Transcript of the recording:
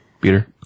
Peter